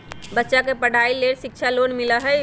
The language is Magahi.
बच्चा के पढ़ाई के लेर शिक्षा लोन मिलहई?